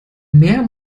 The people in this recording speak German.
mehr